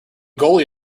goalie